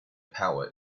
power